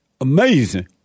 Amazing